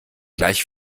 gleich